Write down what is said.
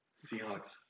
Seahawks